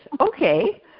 okay